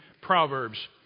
Proverbs